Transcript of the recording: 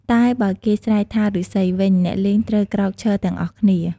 តែបើគេស្រែកថា ឬស្សីវិញ អ្នកលេងត្រូវក្រោកឈរទាំងអស់គ្នា។